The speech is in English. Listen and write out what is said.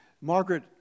Margaret